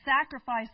sacrifice